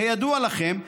כידוע לכם,